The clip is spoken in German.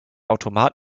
automat